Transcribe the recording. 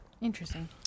Interesting